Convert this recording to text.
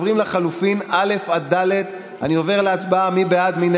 שנכנס מאז שנת 2014. ההובלה של בעלי חיים במשלוחים,